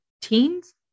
teens